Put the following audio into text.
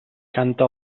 canta